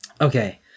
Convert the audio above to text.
Okay